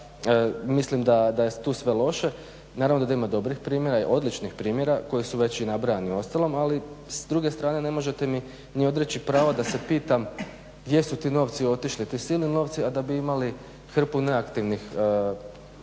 mislim da je tu sve loše, naravno da ima dobrih primjera, odličnih primjera koji su već i nabrajani uostalom, ali s druge strane ne možete mi ni odreći pravo da se pitam gdje su ti novci otišli, ti silni novci, a da bi imali hrpu neaktivnih